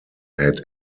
had